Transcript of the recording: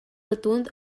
rotund